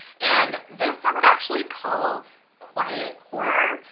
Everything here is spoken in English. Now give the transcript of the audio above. and this i would actually call quiet horror.